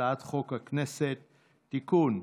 הצעת חוק הכנסת (תיקון,